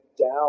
down